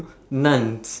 nouns